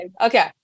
Okay